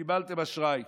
קיבלתם אשראי,